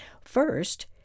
First